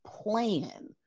plan